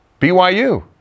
BYU